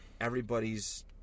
Everybody's